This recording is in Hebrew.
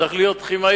צריך להיות כימאי,